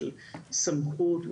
של סמכות,